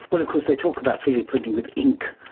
well, of course they talk about three d printing with ink,